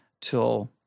till